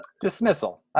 Dismissal